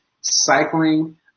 cycling